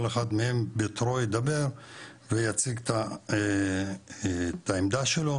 אחד מהם בתורו ידבר ויציג את העמדה שלו,